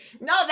no